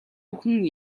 бүхэн